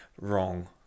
wrong